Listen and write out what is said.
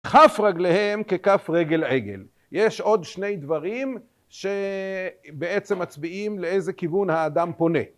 כף רגליהם ככף רגל עגל, יש עוד שני דברים שבעצם מצביעים לאיזה כיוון האדם פונה